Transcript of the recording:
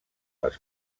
les